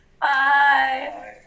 bye